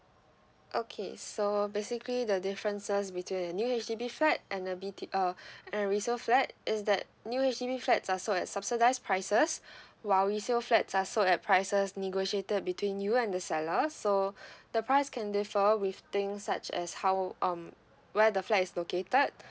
okay so basically the differences between the new H_D_B flat and the B_T~ uh a resale flat is that new H_D_B flats are sold at subsidised prices while resale flats are sold at prices negotiated between you and the seller so the price can differ with things such as how um where the flat is located